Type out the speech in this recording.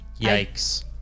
Yikes